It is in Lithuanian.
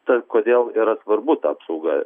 tai kodėl yra svarbu ta apsauga